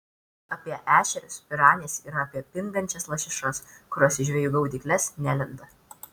apie ešerius piranijas ir apie pingančias lašišas kurios į žvejų gaudykles nelenda